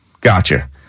gotcha